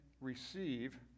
receive